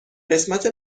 قسمت